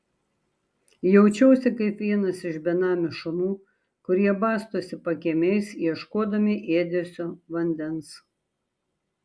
jaučiausi kaip vienas iš benamių šunų kurie bastosi pakiemiais ieškodami ėdesio vandens